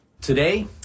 Today